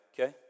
okay